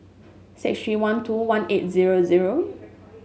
six three one two one eight zero zero